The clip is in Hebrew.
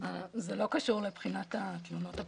זה לא קשור לבחינת התלונות הפרטניות.